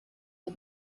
der